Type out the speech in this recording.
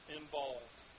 involved